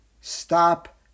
stop